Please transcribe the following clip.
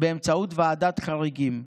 באמצעות ועדת חריגים.